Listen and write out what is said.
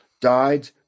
died